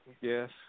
Yes